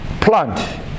plant